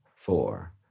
four